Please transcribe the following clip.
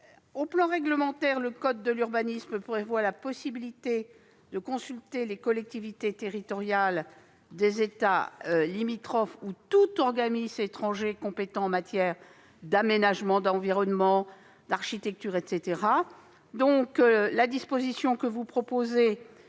la partie réglementaire du code de l'urbanisme prévoit la possibilité de consulter les collectivités territoriales des États limitrophes ou tout organisme étranger compétent en matière d'aménagement, d'environnement ou encore d'architecture. La disposition que vous proposez